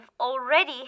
already